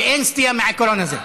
ואין סטייה מהעיקרון הזה.